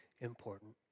important